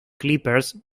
clippers